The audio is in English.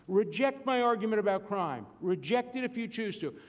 reject my argument about crime. reject it if you choose to.